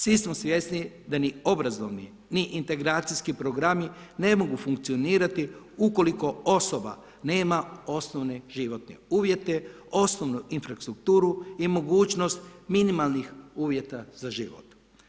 Svi smo svjesni da ni obrazovni ni integracijski programi ne mogu funkcionirati u koliko osoba nema osnovne životne uvjete, osnovnu infrastrukturu i mogućnost minimalnih uvjeta za život.